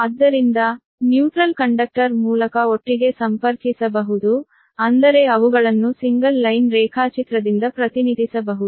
ಆದ್ದರಿಂದ neutral conductor ಮೂಲಕ ಒಟ್ಟಿಗೆ ಸಂಪರ್ಕಿಸಬಹುದು ಅಂದರೆ ಅವುಗಳನ್ನು ಸಿಂಗಲ್ ಲೈನ್ ರೇಖಾಚಿತ್ರದಿಂದ ಪ್ರತಿನಿಧಿಸಬಹುದು